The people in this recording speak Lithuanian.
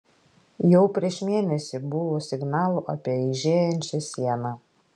jau prieš mėnesį buvo signalų apie aižėjančią sieną